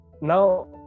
Now